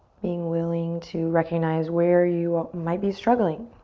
being willing to recognize where you ah might be struggling.